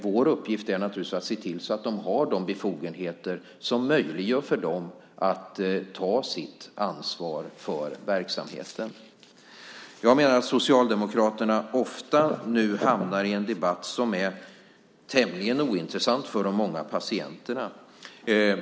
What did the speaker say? Vår uppgift är naturligtvis att se till att de har de befogenheter som möjliggör för dem att ta sitt ansvar för verksamheten. Jag menar att Socialdemokraterna nu ofta hamnar i en debatt som är tämligen ointressant för de många patienterna.